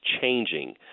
changing